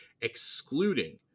excluding